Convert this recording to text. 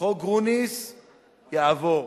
חוק גרוניס יעבור.